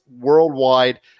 worldwide